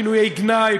כינויי גנאי,